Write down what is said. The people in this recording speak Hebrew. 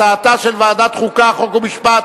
הצעת ועדת החוקה, חוק ומשפט